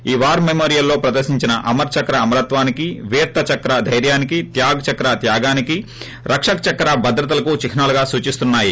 ఈ వార్ మెమోరియల్లో ప్రదర్శించిన అమర్ చక్ర అమరత్వాన్ని వీర్త చక్ర దైర్యాన్ని త్యాగ్ చక్ర త్యాగాన్పి రక్షక్ చక్ర భద్రతలకు చిహ్నా లుగా సూచిస్తున్నా యి